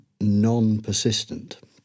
non-persistent